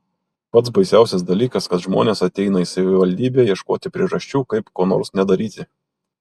pats baisiausias dalykas kad žmonės ateina į savivaldybę ieškoti priežasčių kaip ko nors nedaryti